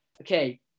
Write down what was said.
Okay